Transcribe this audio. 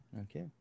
Okay